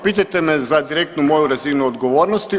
Pitajte me za direktnu moju razinu odgovornosti.